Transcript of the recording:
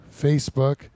Facebook